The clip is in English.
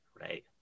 Right